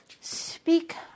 speak